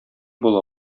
була